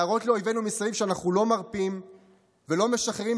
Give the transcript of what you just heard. להראות לאויבינו מסביב שאנחנו לא מרפים ולא משחררים